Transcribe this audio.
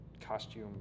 costume